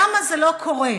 למה זה לא קורה?